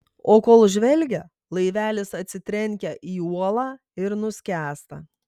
o kol žvelgia laivelis atsitrenkia į uolą ir nuskęsta